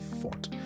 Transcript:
fought